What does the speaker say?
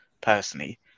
personally